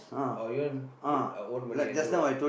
or you want put our own money and do ah